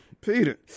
Peter